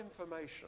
information